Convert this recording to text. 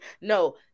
no